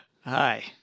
Hi